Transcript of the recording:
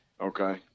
Okay